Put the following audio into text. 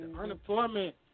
unemployment